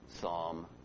Psalm